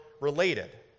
related